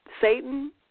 Satan